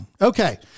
Okay